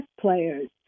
players